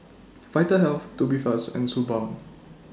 Vitahealth Tubifast and Suu Balm